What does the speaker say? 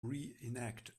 reenact